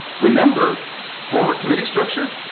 remember former committee structure.